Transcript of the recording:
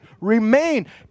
remain